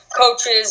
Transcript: coaches